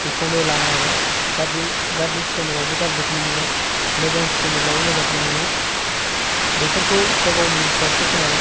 बेखौनो लानो हागोन गाज्रि गाज्रि सिखायनोबाबो नों गाज्रिखोनो मोनगोन मोजां सिखायनोब्लाबो मोजांखौनो मोनगोन बेफोरखौ गावगावनि सायावसो सोनारो